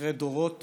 אחרי דורות